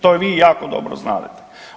To vi jako dobro znadete.